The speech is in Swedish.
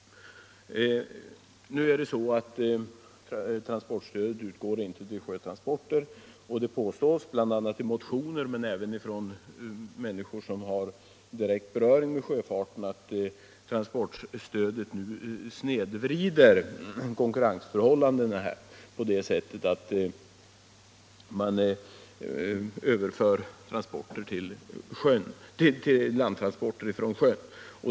Transportstödet utgår ju inte till sjötransporter, och det påstås — i motioner här men även från människor som har direkt beröring med sjöfarten —- att transportstödet nu snedvrider konkurrensförhållandena på det sättet att man överför transporter från sjö till land.